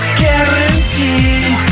guaranteed